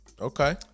Okay